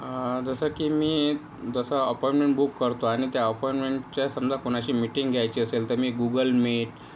जसं की मी जसं अपॉइंटमेंट बुक करतो आणि त्या अपॉइंटमेंटच्या समजा कोणाशी मीटिंग घ्यायची असेल तर मी गुगल मीट